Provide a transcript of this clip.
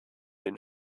den